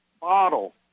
bottle